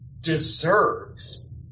deserves